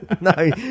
No